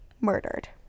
murdered